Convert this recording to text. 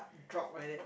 drop like that